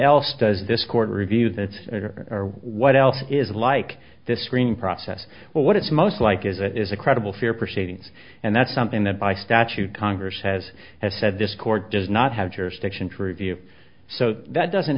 else does this court review that's what else is like this screening process but what it's most like is it is a credible fear proceedings and that's something that by statute congress has has said this court does not have jurisdiction true view so that doesn't